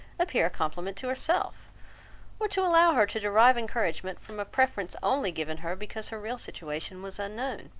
appear a compliment to herself or to allow her to derive encouragement from a preference only given her, because her real situation was unknown.